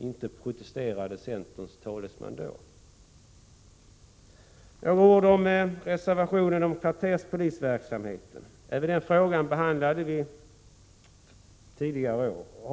Inte protesterade centerns talesman då. Så några ord om reservationen om kvarterspolisverksamheten. Även den frågan har